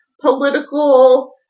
political